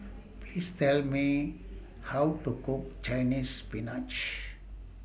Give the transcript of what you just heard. Please Tell Me How to Cook Chinese Spinach